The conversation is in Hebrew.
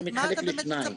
מה אתה מצפה?